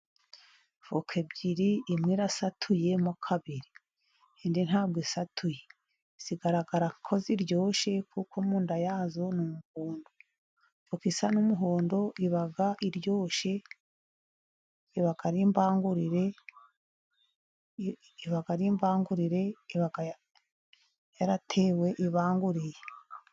Avoka ebyiri imwe irasatuye mo kabiri, indi ntabwo isatuye, zigaragara ko ziryoshe, kuko mu nda yazo n'umuhondo, avoka isa n'umuhondo iba iryoshye, iba ari imbangurire, iba ari imbangurire, iba yaratewe ibanguriye.